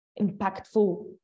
impactful